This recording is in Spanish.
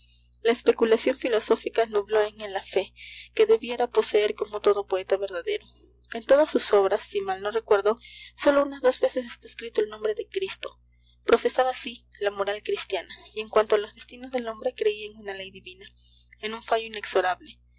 la especulación filosófica nubló en él la fe que debiera poseer como todo poeta verdadero en todas sus obras si mal no recuerdo sólo unas dos veces está escrito el nombre de cristo profesaba sí la moral cristiana y en cuanto a los destinos del hombre creía en una ley divina en un fallo inexorable